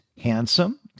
handsome